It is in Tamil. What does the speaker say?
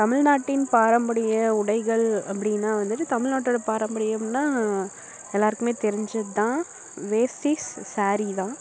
தமிழ்நாட்டின் பாரம்பரிய உடைகள் அப்படின்னா வந்துட்டு தமிழ்நாட்டோட பாரம்பரியம்னா எல்லோருக்குமே தெரிஞ்சதுதான் வேஷ்டி ஸாரீ தான்